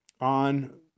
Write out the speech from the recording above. on